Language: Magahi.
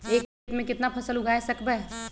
एक खेत मे केतना फसल उगाय सकबै?